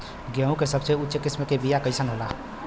गेहूँ के सबसे उच्च किस्म के बीया कैसन होला?